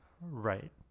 right